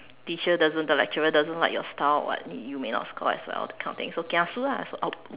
teacher doesn't the lecturer doesn't like your style or what you may not score as well that kind of thing so kiasu lah so !oops!